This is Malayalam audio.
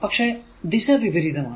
പക്ഷെ ദിശ വിപരീതം ആണ്